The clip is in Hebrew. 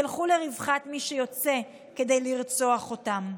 ילכו לרווחת מי שיוצא כדי לרצוח אותם.